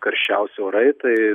karščiausi orai tai